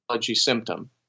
symptom